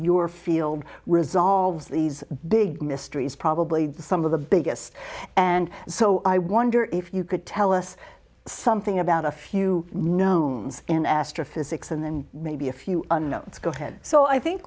were field resolves these big mysteries probably some of the biggest and so i wonder if you could tell us something about a few knowns in astrophysics and then maybe a few let's go ahead so i think